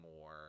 more